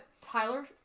Tyler